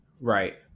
Right